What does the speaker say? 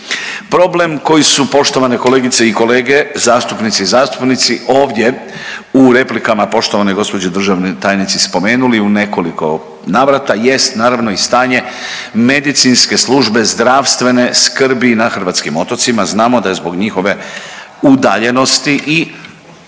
Problem koji su poštovane kolegice i kolege, zastupnici i zastupnici ovdje u replikama poštovanoj gospođi državnoj tajnici spomenuli u nekoliko navrata jest naravno i stanje medicinske službe zdravstvene skrbi na hrvatskim otocima. Znamo da je zbog njihove udaljenosti i u